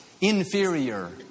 inferior